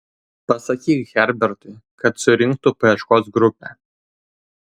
pasakyk herbertui kad surinktų paieškos grupę